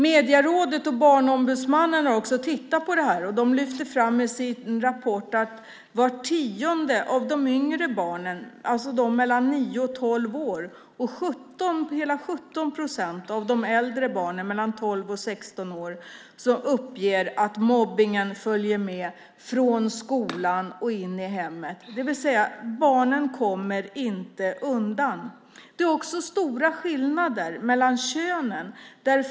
Medierådet och Barnombudsmannen har också tittat på detta. De lyfter i sin rapport fram att vart tionde av de yngre barnen, alltså barn mellan 9 och 12 år, och hela 17 procent av de äldre barnen, mellan 12 och 16 år, uppger att mobbningen följer med från skolan och in i hemmet - det vill säga, barnen kommer inte undan. Det är också stora skillnader mellan könen.